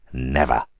never.